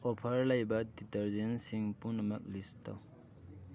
offer ꯂꯩꯕ ꯗꯤꯇꯔꯖꯦꯟꯁꯤꯡ ꯄꯨꯝꯅꯃꯛ ꯂꯤꯁ ꯇꯧ